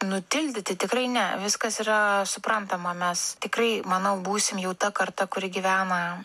nutildyti tikrai ne viskas yra suprantama mes tikrai manau būsim jau ta karta kuri gyvena